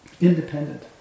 Independent